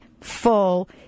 full